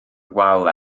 wal